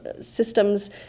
systems